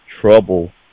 trouble